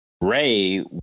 Ray